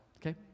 Okay